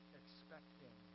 expecting